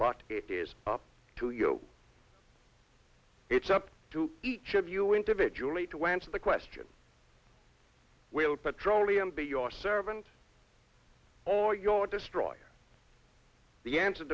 but it is up to you it's up to each of you individually to answer the question will petroleum be your servant or your destroyer the answer